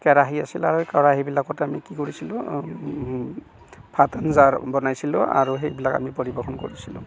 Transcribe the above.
কেৰাহি আছিলে আৰু সেই কেৰাহিবিলাকত আমি কি কৰিছিলোঁ ভাত আঞ্জা বনাইছিলোঁ আৰু সেইবিলাক আমি পৰিৱেশন কৰিছিলোঁ